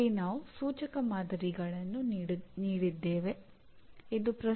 ಅದು ಎಲ್ಲ ಪರಿಣಾಮಗಳ ನಡುವಿನ ಸಂಬಂಧವಾಗಿದೆ